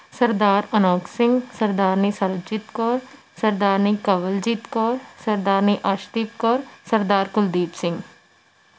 Sardar Anokh Singh Sardarni Sarabjit Kaur Sardarni Kawaljit Kaur Sardarni Arshdeep Kaur Sardar Kuldeep Singh